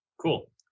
Cool